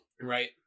Right